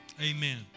Amen